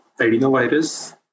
adenovirus